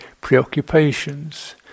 preoccupations